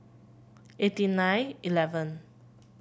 eighty nine eleven